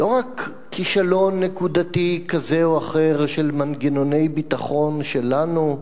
לא רק כישלון נקודתי כזה או אחר של מנגנוני ביטחון שלנו,